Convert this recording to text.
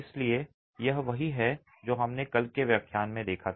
इसलिए यह वही है जो हमने कल के व्याख्यान में देखा था